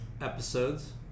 episodes